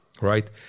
right